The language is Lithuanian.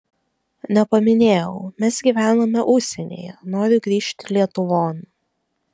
nepaminėjau mes gyvename užsienyje noriu grįžt lietuvon